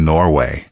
Norway